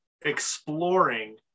exploring